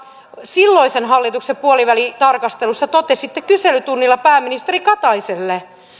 silloisen hallituksen puolivälitarkastelussa totesitte kyselytunnilla pääministeri kataiselle